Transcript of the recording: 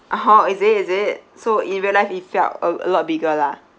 orh is it is it so in real life it felt a a lot bigger lah